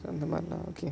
okay